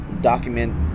document